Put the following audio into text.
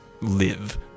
live